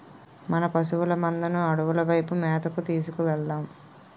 మన పశువుల మందను అడవుల వైపు మేతకు తీసుకు వెలదాం